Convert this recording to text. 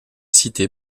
cité